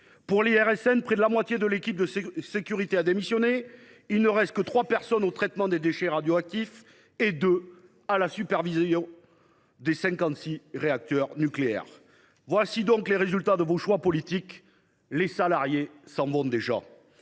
Pour l’IRSN, près de la moitié de l’équipe de sécurité a démissionné. Il ne reste que trois personnes affectées au traitement des déchets radioactifs, et deux à la supervision des 56 réacteurs. Voilà les résultats de vos choix politiques : les salariés s’en vont déjà